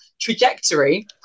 trajectory